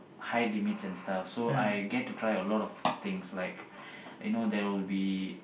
height limits and stuff so I get to try a lot of things you know there will be